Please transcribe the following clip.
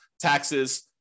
taxes